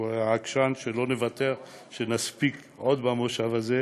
שהוא עקשן, שלא מוותר שנספיק עוד במושב הזה,